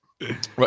Right